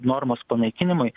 normos panaikinimui